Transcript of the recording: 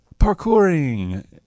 parkouring